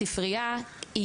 ספריה,